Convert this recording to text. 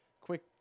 quick